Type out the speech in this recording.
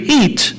eat